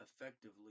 effectively